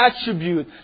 attribute